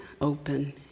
open